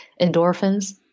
endorphins